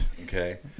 okay